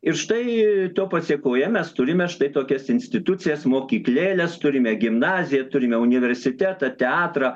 ir štai to pasekoje mes turime štai tokias institucijas mokyklėles turime gimnaziją turime universitetą teatrą